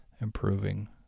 improving